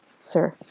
sir